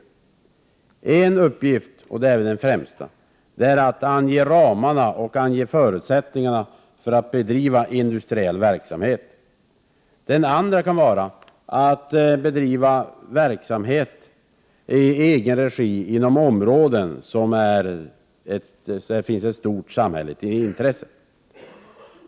Den ena uppgiften, vilken väl är den främsta, är att ange ramarna och förutsättningarna för bedrivande av industriell verksamhet. Den andra kan vara att bedriva verksamhet i egen regi inom områden där det finns ett stort samhälleligt intresse.